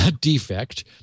defect